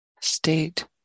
state